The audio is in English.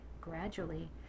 gradually